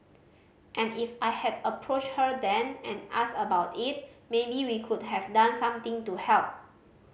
and if I had approached her then and asked about it maybe we could have done something to help